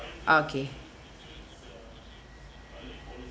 okay